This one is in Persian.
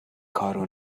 کارو